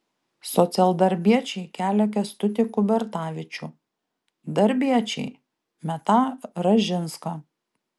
socialdarbiečiai kelia kęstutį kubertavičių darbiečiai metą ražinską